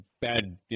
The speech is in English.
bad